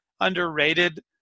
underrated